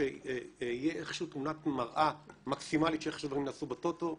שיהיה איכשהו תמונת מראה מקסימלית של איך שהדברים נעשו בטוטו,